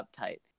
uptight